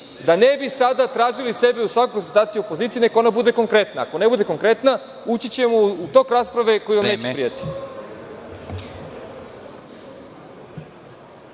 Da ne bi sada sebe tražili u svakoj konstataciji opozicije, neka ona bude konkretna. Ako ne bude konkretna ući ćemo u tok rasprave koji vam neće prijati.